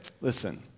listen